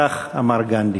כך אמר גנדי.